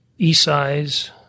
Esize